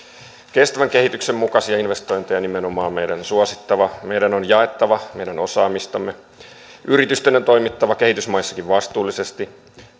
kestävän kehityksen mukaisia investointeja nimenomaan meidän on suosittava meidän on jaettava meidän osaamistamme yritysten on toimittava kehitysmaissakin vastuullisesti